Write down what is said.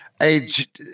age